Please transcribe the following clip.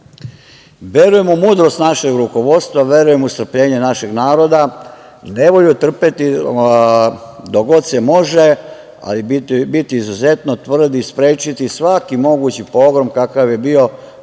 verujem u mudrost našeg rukovodstva, verujem u strpljenje našeg naroda. Nevolju trpeti dok god se može, ali biti izuzetno tvrd i sprečiti svaki mogući pogrom, kakav je to